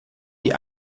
die